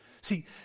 See